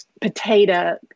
potato